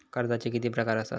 कर्जाचे किती प्रकार असात?